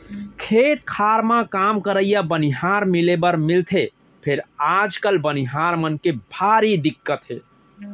खेत खार म काम करइया बनिहार मिले बर मिलथे फेर आजकाल बनिहार मन के भारी दिक्कत हे